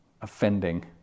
offending